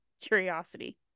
curiosity